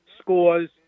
scores